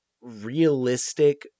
realistic